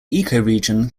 ecoregion